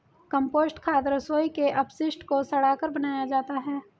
compost खाद रसोई के अपशिष्ट को सड़ाकर बनाया जाता है